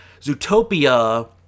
Zootopia